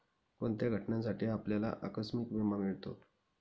कोणत्या घटनांसाठी आपल्याला आकस्मिक विमा मिळतो?